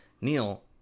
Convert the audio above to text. Neil